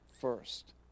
first